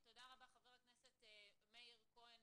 תודה רבה, חבר הכנסת מאיר כהן.